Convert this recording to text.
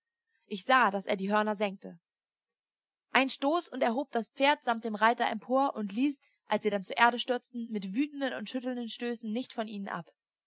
ich sah daß er die hörner senkte ein stoß und er hob das pferd samt dem reiter empor und ließ als sie dann zur erde stürzten mit wütenden und schüttelnden stößen nicht von ihnen ab